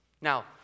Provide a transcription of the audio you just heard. Now